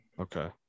Okay